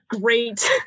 great